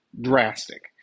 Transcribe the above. drastic